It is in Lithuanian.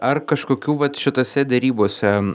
ar kažkokių vat šitose derybose